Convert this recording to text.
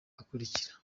akurikira